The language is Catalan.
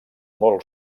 molts